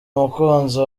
umukunzi